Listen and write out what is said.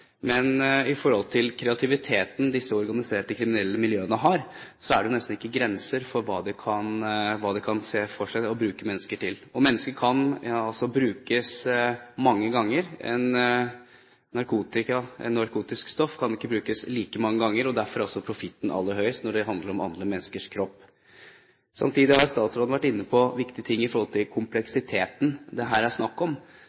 men i forhold til kreativiteten disse organiserte kriminelle miljøene har, er det nesten ikke grenser for hva de kan se for seg å bruke mennesker til. Mennesker kan altså brukes mange ganger, et narkotisk stoff kan ikke brukes like mange ganger, og derfor er også profitten aller høyest når det handler om andre menneskers kropp. Samtidig har statsråden vært inne på viktige ting i kompleksiteten det her er snakk om.